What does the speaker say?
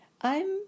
I'm